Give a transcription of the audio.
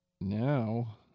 Now